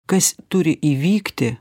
kas turi įvykti